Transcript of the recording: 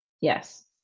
Yes